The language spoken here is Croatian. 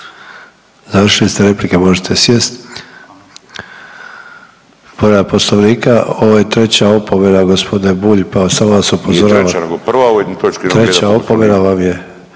završili ste replike, možete sjest. Povreda poslovnika, ovo je treća opomena g. Bulj, pa samo vas upozoravam. …/Upadica Bulj: